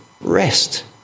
rest